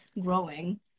growing